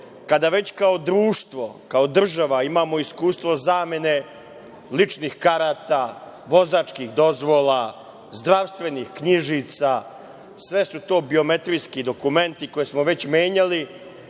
kada već kao društvo, kao država imamo iskustvo zamene ličnih karata, vozačkih dozvola, zdravstvenih knjižica? Sve su to biometrijski dokumenti koje smo već menjali,